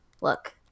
Look